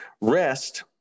rest